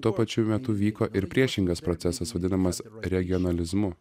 tuo pačiu metu vyko ir priešingas procesas vadinamas regionalizmu